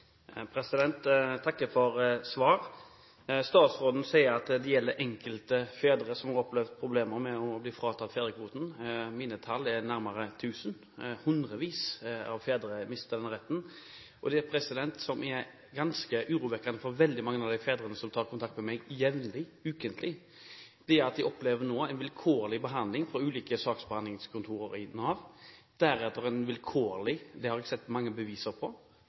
takker for svaret. Statsråden sier at det er «enkelte fedre» som har opplevd problemer med å bli fratatt fedrekvoten. Mine tall forteller at det er nærmere 1 000. Hundrevis av fedre har mistet den retten, og det som er ganske urovekkende for veldig mange av de fedrene som tar kontakt med meg jevnlig, ukentlig, er at de opplever en vilkårlig behandling fra ulike saksbehandlingskontorer i Nav, deretter en vilkårlig behandling – det har jeg sett mange beviser på,